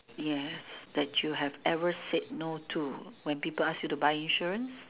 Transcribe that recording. yes that you had ever say no to when people ask you to buy insurance